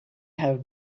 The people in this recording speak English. have